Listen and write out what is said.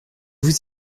vous